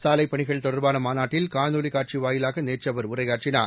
சாலைபணிகள் தொடர்பானமாநாட்டில் காணொலிகாட்சிவாயிவாகநேற்றுஅவர் உரையாற்றினார்